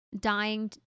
dying